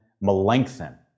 Melanchthon